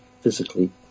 physically